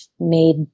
made